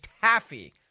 taffy